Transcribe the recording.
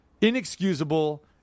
inexcusable